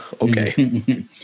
Okay